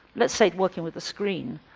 let's say working with a screen,